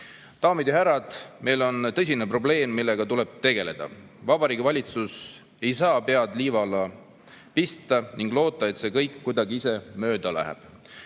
Daamid ja härrad, meil on tõsine probleem, millega tuleb tegeleda. Vabariigi Valitsus ei saa pead liiva alla pista ning loota, et see kõik kuidagi ise mööda läheb.